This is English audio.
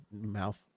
mouth